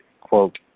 quote